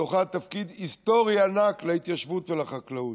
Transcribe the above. ובתוכה תפקיד היסטורי ענק להתיישבות ולחקלאות,